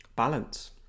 balance